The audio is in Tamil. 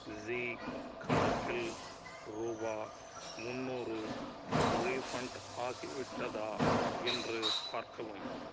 ஜீ கணக்கில் ரூபாய் முன்னூறு ரீஃபண்ட் ஆகிவிட்டதா என்று பார்க்கவும்